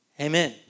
Amen